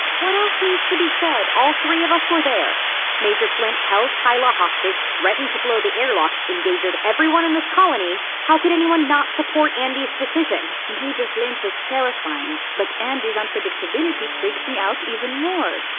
what else needs to be said? all three of us were there major flint held keila hostage, threatened to blow the airlock endangered everyone in this colony. how could anyone not support andi's decision? major flint was terrifying, but andi's unpredictability freaks me out even more.